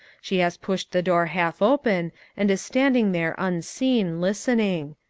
she has pushed the door half open and is standing there unseen, listening.